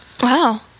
Wow